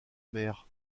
mer